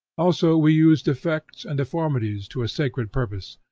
also we use defects and deformities to a sacred purpose,